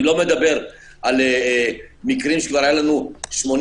אני לא מדבר על מקרים שהיו לנו 80